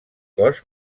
cos